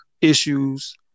issues